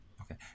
okay